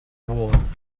was